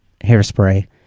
hairspray